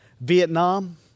Vietnam